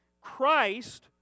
Christ